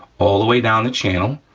all the way down the channel,